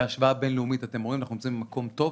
בהשוואה בין-לאומית, אנחנו נמצאים במקום טוב.